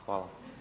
Hvala.